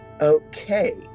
okay